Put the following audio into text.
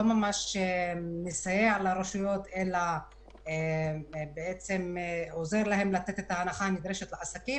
ממש מסייע לרשויות אלא בעצם עוזר להן לתת את ההנחה הנדרשת לעסקים,